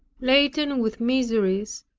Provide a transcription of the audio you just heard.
laden with miseries,